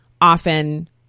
often